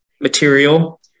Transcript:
material